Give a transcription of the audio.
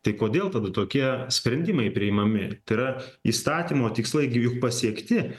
tai kodėl tada tokie sprendimai priimami tai yra įstatymo tikslai gi juk pasiekti